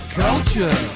culture